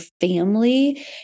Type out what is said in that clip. family